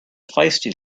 feisty